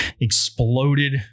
exploded